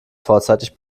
vorzeitig